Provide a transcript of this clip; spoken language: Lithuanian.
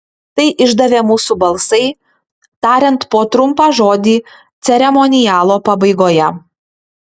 tai išdavė mūsų balsai tariant po trumpą žodį ceremonialo pabaigoje